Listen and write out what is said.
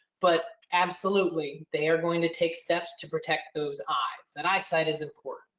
but absolutely they are going to take steps to protect those eyes. that eyesight is of course,